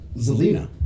Zelina